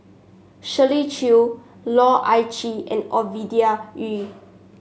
Shirley Chew Loh Ah Chee and Ovidia Yu